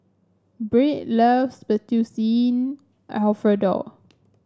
Byrd loves Fettuccine Alfredo